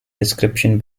description